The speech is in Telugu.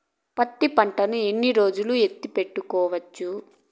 పత్తి పంటను ఎన్ని రోజులు ఎత్తి పెట్టుకోవచ్చు?